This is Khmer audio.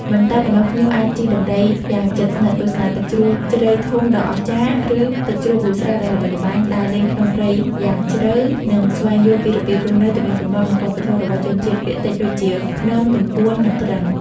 មិនតែប៉ុណ្ណោះ ភ្ញៀវអាចជិះដំរីយ៉ាងជិតស្និទ្ធ ទស្សនាទឹកជ្រោះជ្រៃធំដ៏អស្ចារ្យ ឬទឹកជ្រោះប៊ូស្រាដ៏ល្បីល្បាញ ដើរលេងក្នុងព្រៃយ៉ាងជ្រៅ និងស្វែងយល់ពីរបៀបរស់នៅ ទំនៀមទម្លាប់ និងវប្បធម៌របស់ជនជាតិភាគតិចដូចជា ព្នង ទំពួន និងគ្រឹង។